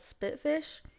spitfish